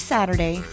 Saturday